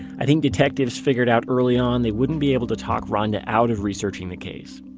i think detectives figured out early on they wouldn't be able to talk ronda out of researching the case.